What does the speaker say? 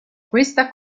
questa